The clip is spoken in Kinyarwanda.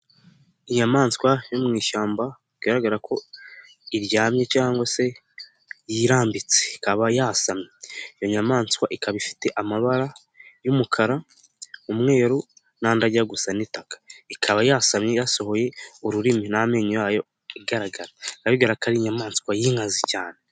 Inyamaswa yo mu ishyamba bigaragara ko iryamye cyangwa se yirambitse, ikaba yasamye. Iyo nyamaswa ikaba ifite amabara y'umukara, umweru n'andi ajya gusa n'itaka ikaba yasamye yasohoye ururimi n'amenyo yayo agaragara abigaraga ari inyamaswa y'inkazi cyane.